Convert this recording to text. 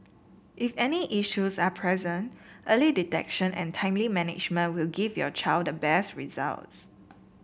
if any issues are present early detection and timely management will give your child the best results